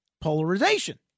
Polarization